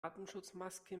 atemschutzmaske